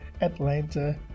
Atlanta